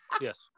Yes